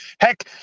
heck